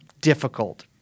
difficult